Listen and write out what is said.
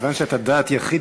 כיוון שאתה בדעת יחיד,